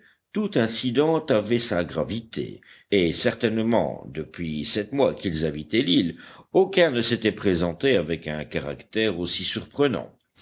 tout incident avait sa gravité et certainement depuis sept mois qu'ils habitaient l'île aucun ne s'était présenté avec un caractère aussi surprenant